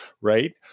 Right